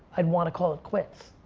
i'd wanna call it quits